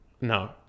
No